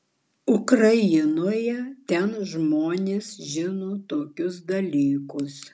ukrainoje ten žmonės žino tokius dalykus